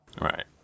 Right